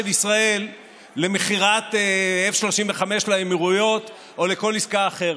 ישראל למכירת F-35 לאמירויות או לכל עסקה אחרת.